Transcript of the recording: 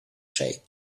shape